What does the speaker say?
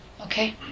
Okay